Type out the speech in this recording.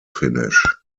finish